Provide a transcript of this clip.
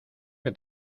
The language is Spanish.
que